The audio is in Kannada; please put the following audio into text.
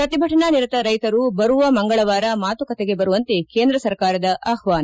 ಪ್ರತಿಭಟನಾ ನಿರತ ರೈತರು ಬರುವ ಮಂಗಳವಾರ ಮಾತುಕತೆಗೆ ಬರುವಂತೆ ಕೇಂದ್ರ ಸರ್ಕಾರ ಆಹ್ವಾನ